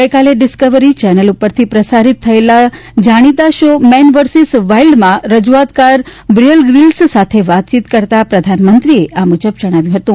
ગઇકાલે Discovery channel ઉપર પ્રસારિત થયેલા જાણીતા શો મેન વર્સેસ વાઇલ્ડમાં રજુઆતકાર બેઅર ગ્રીલ્સ સાથે વાતચીત કરતા પ્રધાનમંત્રીએ આ મુજબ જણાવ્યું હતું